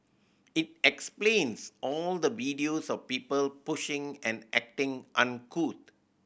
it explains all the videos of people pushing and acting uncouth